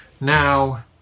Now